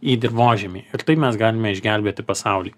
į dirvožemį ir tai mes galime išgelbėti pasaulį